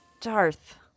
Darth